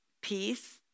peace